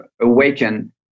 awaken